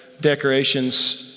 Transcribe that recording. decorations